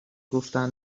گفتن